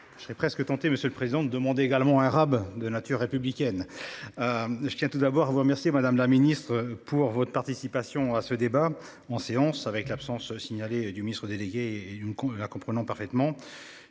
Je serais presque tenté. Monsieur le Président de demander également un rab de nature républicaine. Je tiens tout d'abord vous remercier Madame la Ministre pour votre participation à ce débat en séance avec l'absence signalée du Ministre délégué une qu'on la comprenons parfaitement.